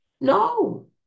No